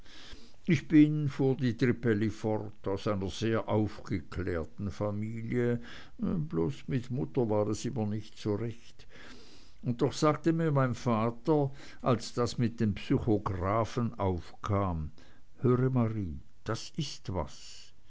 ich bin fuhr die trippelli fort aus einer sehr aufgeklärten familie bloß mit mutter war es immer nicht so recht und doch sagte mir mein vater als das mit dem psychographen aufkam höre mane das ist was